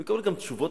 אני מקבל גם תשובות,